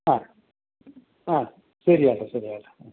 അ അ ശരി ആയിക്കോട്ടെ ശരി ആയിക്കോട്ടെ